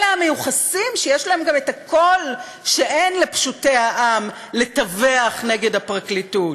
אלה המיוחסים שיש להם גם הקול שאין לפשוטי העם לטווח נגד הפרקליטות.